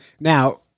Now